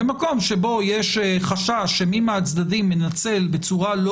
במקום שבו יש חשש שמי מהצדדים מנצל בצורה לא